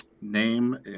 name